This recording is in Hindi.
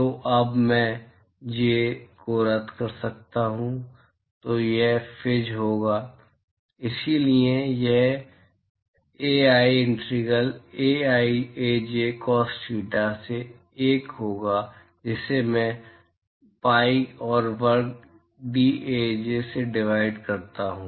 तो अब मैं जे को रद्द कर सकता हूं तो यह फिज होगा इसलिए यह AI integral AI AJ cos theta से 1 होगा जिसे मैं पीआई आर वर्ग डीएजे से डिवाइड करता हूं